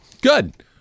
Good